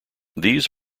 these